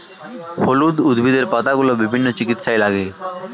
হলুদ উদ্ভিদের পাতাগুলো বিভিন্ন চিকিৎসায় লাগে